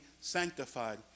sanctified